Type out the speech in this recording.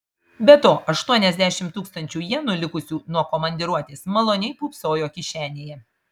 be to aštuoniasdešimt tūkstančių jenų likusių nuo komandiruotės maloniai pūpsojo kišenėje